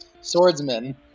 swordsman